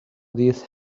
these